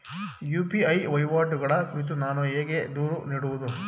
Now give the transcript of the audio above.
UPI ವಹಿವಾಟುಗಳ ಕುರಿತು ನಾನು ಹೇಗೆ ದೂರು ನೀಡುವುದು?